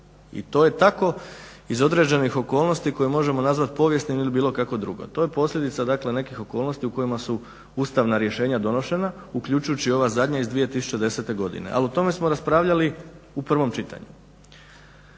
I to je tako iz određenih okolnosti koje možemo nazvati povijesnim ili bilo kako drugo. To je posljedica, dakle nekih okolnosti u kojima su ustavna rješenja donošena uključujući i ova zadnja iz 2010. godine. Ali o tome smo raspravljali u prvom čitanju.